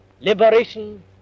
liberation